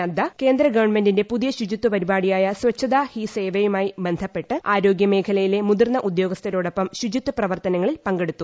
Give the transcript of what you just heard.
നദ്ദ കേന്ദ്ര ഗവൺമെന്റിന്റെ പുതിയ ശുചിത്വ പരിപാടിയായ സ്വച്ഛതാ ഹി സേവയുമായി ബന്ധപ്പെട്ട് ആരോഗ്യമേഖലയിലെ മുതിർന്ന ഉദ്യോഗസ്ഥരോടൊപ്പം ശുചിത്വ പ്രവർത്തനങ്ങളിൽ പങ്കെടുത്തു